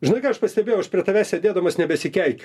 žinai ką aš pastebėjau aš prie tavęs sėdėdamas nebesikeik